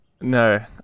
no